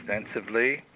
extensively